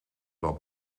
dat